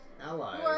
allies